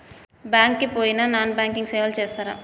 Bank కి పోయిన non banking సేవలు చేస్తరా?